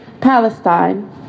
Palestine